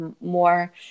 more